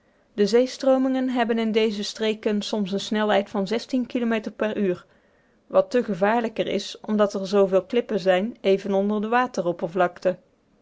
de zeestroomingen hebben in deze streken soms eene snelheid van kilometer per uur wat te gevaarlijker is omdat er zooveel klippen zijn even onder de